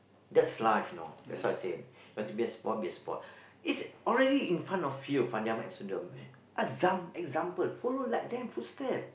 that's life you know that's why I say want to be a sport be a sport it's already in front of you Fandi-Ahmad and Sundram example follow like them footstep